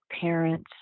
parents